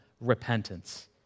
repentance